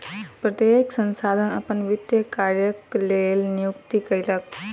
प्रत्येक संस्थान अपन वित्तीय कार्यक लेल नियुक्ति कयलक